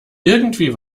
irgendwie